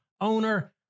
owner